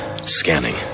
Scanning